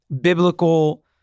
biblical